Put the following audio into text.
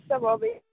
सब अबैए